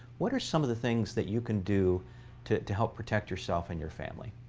what are some of the things that you can do to to help protect yourself and your family?